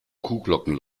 kuhglocken